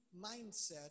mindset